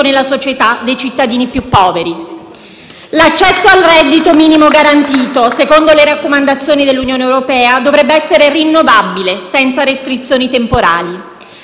nella società dei cittadini più poveri». *(Applausi dal Gruppo M5S)*. L'accesso al reddito minimo garantito, secondo le raccomandazioni dell'Unione europea, dovrebbe essere rinnovabile, senza restrizioni temporali.